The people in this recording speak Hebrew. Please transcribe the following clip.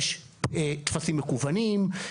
יש טפסים מקוונים,